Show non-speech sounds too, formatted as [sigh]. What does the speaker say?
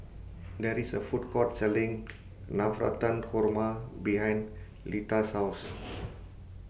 There IS A Food Court Selling [noise] Navratan Korma behind Leta's House [noise]